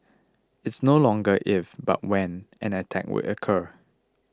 it's no longer if but when an attack will occur